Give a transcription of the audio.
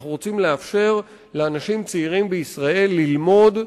אנחנו רוצים לאפשר לאנשים צעירים בישראל ללמוד,